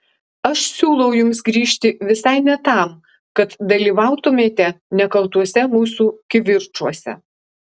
aš siūlau jums grįžti visai ne tam kad dalyvautumėte nekaltuose mūsų kivirčuose